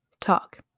talk